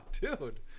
dude